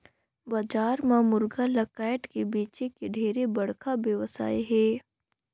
बजार म मुरगा ल कायट के बेंचे के ढेरे बड़खा बेवसाय हे